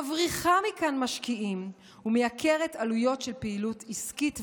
מבריחה מכאן משקיעים ומייקרת עלויות של פעילות עסקית,